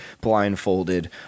blindfolded